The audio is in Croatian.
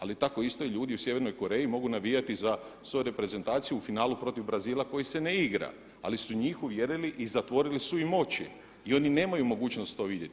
Ali tako isto i ljudi u Sjevernoj Koreji mogu navijati za svoju reprezentaciju u finalu protiv Brazila koji se ne igra, ali su njih uvjerili i zatvorili su im oči i oni nemaju mogućnost to vidjeti.